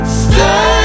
stay